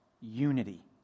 unity